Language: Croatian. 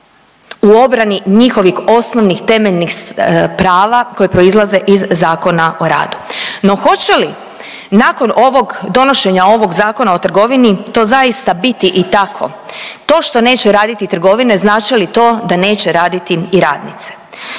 u obrani njihovih osnovnih, temeljnih prava koje proizlaze iz Zakona o radu. No, hoće li nakon ovog, donošenja ovog Zakona o trgovini to zaista biti i tako. To što neće raditi trgovine znači li to da neće raditi i radnice.